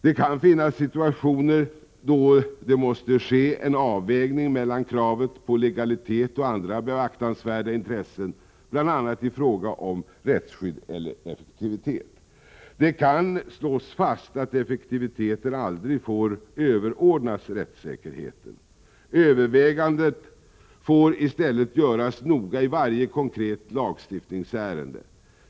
Det kan finnas situationer då det måste ske en avvägning mellan kravet på legalitet och andra beaktansvärda intressen, bl.a. i fråga om rättsskydd eller effektivitet. Det kan slås fast att effektiviteten aldrig får överordnas rättssäkerheten. Övervägandet får i stället göras noga i varje konkret lagstiftningsärende.